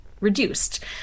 reduced